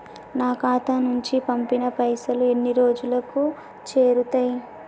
నా ఖాతా నుంచి పంపిన పైసలు ఎన్ని రోజులకు చేరుతయ్?